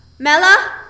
Mella